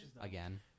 again